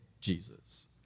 Jesus